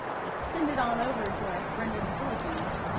we send it on over to our friend in the philippines.